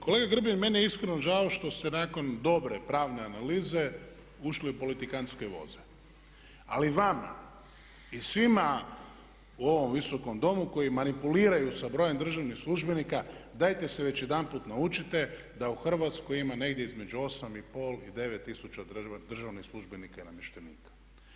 Kolega Grbin meni je iskreno žao što ste nakon dobre pravne analize ušli u politikantske … [[Ne razumije se.]] Ali vama i svima u ovom Visokom domu koji manipuliraju sa brojem državnih službenika dajte se već jedanput naučite da u Hrvatskoj ima negdje između 8,5 i 9 tisuća državnih službenika i namještenika.